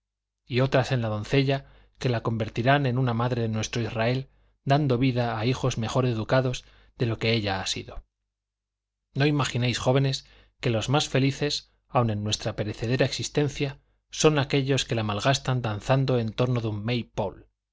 y otras en la doncella que la convertirán en una madre de nuestro israel dando vida a hijos mejor educados de lo que ella ha sido no imaginéis jóvenes que los más felices aun en nuestra perecedera existencia son aquellos que la malgastan danzando en torno de un